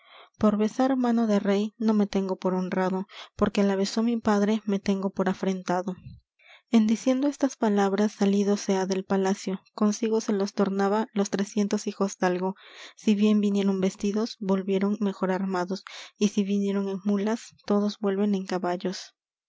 por besar mano de rey no me tengo por honrado porque la besó mi padre me tengo por afrentado en diciendo estas palabras salido se ha del palacio consigo se los tornaba los trescientos hijosdalgo si bien vinieron vestidos volvieron mejor armados y si vinieron en mulas todos vuelven en caballos